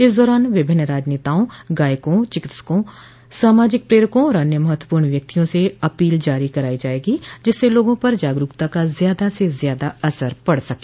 इस दौरान विभिन्न राजनेताओं गायकों चिकित्सकों सामाजिक प्रेरकों और अन्य महत्वपूर्ण व्यक्तियों से अपील जारी कराई जायेंगी जिससे लोगों पर जागरूकता का ज्यादा से ज्यादा असर पड़ सके